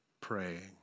praying